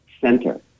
center